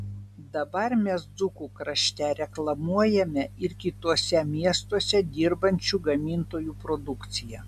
dabar mes dzūkų krašte reklamuojame ir kituose miestuose dirbančių gamintojų produkciją